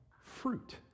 fruit